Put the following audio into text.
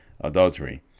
Adultery